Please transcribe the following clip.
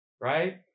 right